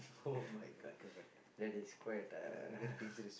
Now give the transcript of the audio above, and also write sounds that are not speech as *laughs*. oh-my-God that is quite uh *laughs*